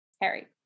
Harry